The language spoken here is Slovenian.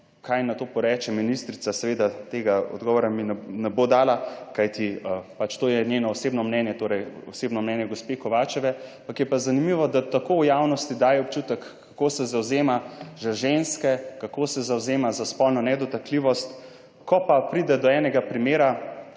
kaj na to poreče ministrica, seveda tega odgovora mi ne bo dala, kajti pač to je njeno osebno mnenje, torej osebno mnenje gospe Kovačeve, ampak je pa zanimivo, da tako v javnosti daje občutek kako se zavzema za ženske, kako se zavzema za spolno nedotakljivost, ko pa pride do enega primera